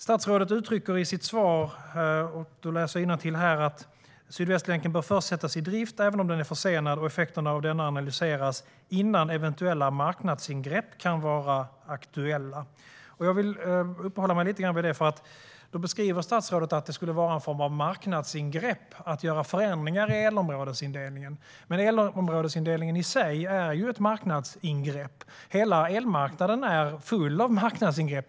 Statsrådet säger i sitt svar "att Sydvästlänken först bör sättas i drift, även om den är försenad, och effekterna av denna analyseras innan eventuella marknadsingrepp kan vara aktuella". Jag vill uppehålla mig lite vid detta. Statsrådet beskriver förändringar i elområdesindelningen som vore det en form av marknadsingrepp. Men elområdesindelningen i sig är ett marknadsingrepp - hela elmarknaden är full av marknadsingrepp.